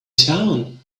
town